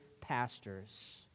pastors